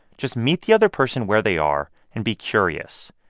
just meet the other person where they are, and be curious.